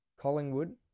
Collingwood